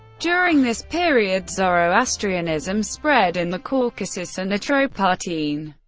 during this period, zoroastrianism spread in the caucasus and atropatene.